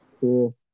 Cool